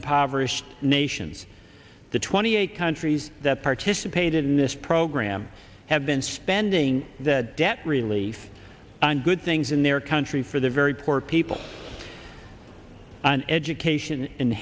impoverished nations the twenty eight countries that participated in this program have been spending that debt relief on good things in their country for the very poor people an education